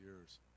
years